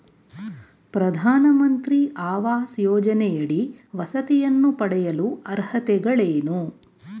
ಪ್ರಧಾನಮಂತ್ರಿ ಆವಾಸ್ ಯೋಜನೆಯಡಿ ವಸತಿಯನ್ನು ಪಡೆಯಲು ಅರ್ಹತೆಗಳೇನು?